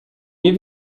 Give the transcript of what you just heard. nie